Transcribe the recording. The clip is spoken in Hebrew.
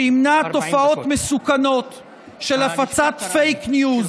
שימנע תופעות מסוכנות של הפצת פייק ניוז,